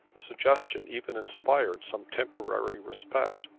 the suggestion even inspired some temporary respect,